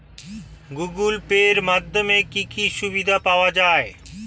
Google Pay এর মাধ্যমে কি কি সুবিধা পাওয়া যায়?